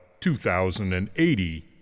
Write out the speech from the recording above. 2080